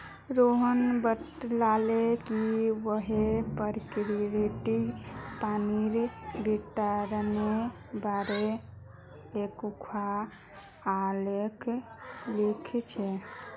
रोहण बताले कि वहैं प्रकिरतित पानीर वितरनेर बारेत एकखाँ आलेख लिख छ